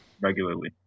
regularly